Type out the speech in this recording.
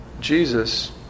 Jesus